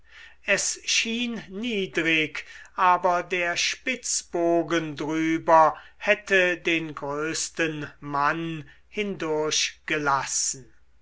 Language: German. es schien niedrig aber der spitzbogen drüber hätte den größten mann hindurch gelassen